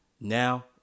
Now